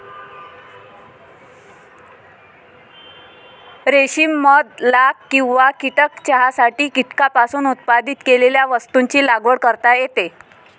रेशीम मध लाख किंवा कीटक चहासाठी कीटकांपासून उत्पादित केलेल्या वस्तूंची लागवड करता येते